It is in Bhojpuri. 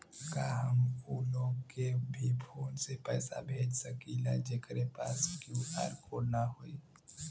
का हम ऊ लोग के भी फोन से पैसा भेज सकीला जेकरे पास क्यू.आर कोड न होई?